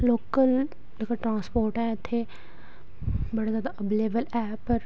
local जेह्का transport ऐ इत्थै बड़ा जादा ऐवलेबल ऐ पर